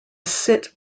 sit